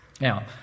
Now